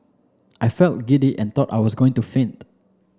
I felt giddy and thought I was going to faint